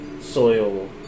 soil